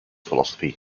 philosophy